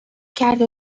کرده